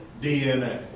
DNA